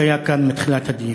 שהיה כאן מתחילת הדיון,